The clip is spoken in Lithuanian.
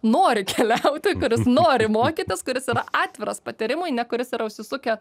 nori keliauti kuris nori mokytis kuris yra atviras patyrimui ne kuris yra užsisukę